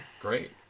great